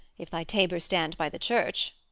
if thy tabor stand by the church.